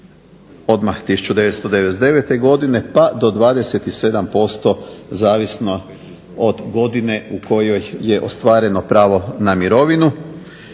odmah 1999. godine pa do 27% zavisno od godine u kojoj je ostvareno pravo na mirovinu.